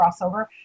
crossover